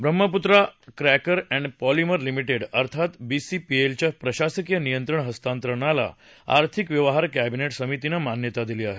Brahmaputra cracker and polymer limited अर्थात बीसीपीएलच्या प्रशासकीय नियंत्रण हस्तांतरणाला आर्थिक व्यवहार कॅबिनेट समितीनं मान्यता दिली आहे